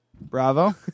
Bravo